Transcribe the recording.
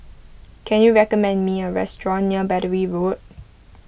can you recommend me a restaurant near Battery Road